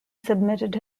submitted